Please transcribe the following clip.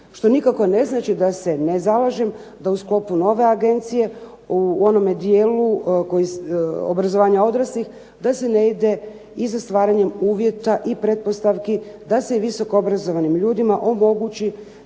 što nikako ne znači da se ne zalažem da u sklopu nove Agencije u onome dijelu obrazovanja odraslih da se ne ide za stvaranjem uvjeta i pretpostavki da se visoko obrazovanim ljudima omogući